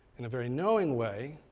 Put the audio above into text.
and very knowing way.